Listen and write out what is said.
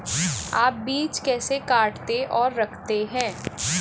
आप बीज कैसे काटते और रखते हैं?